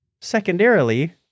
secondarily